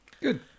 good